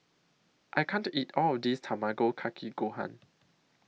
I can't eat All of This Tamago Kake Gohan